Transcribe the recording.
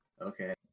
okay